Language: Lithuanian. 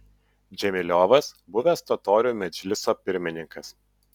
džemiliovas buvęs totorių medžliso pirmininkas